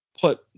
put